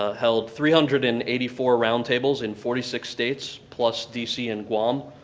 ah held three hundred and eighty four roundtables in forty six states, plus d c. and guam,